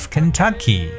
Kentucky